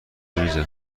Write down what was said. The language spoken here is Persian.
میزم